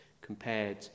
compared